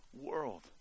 world